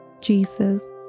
Jesus